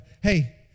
hey